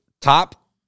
top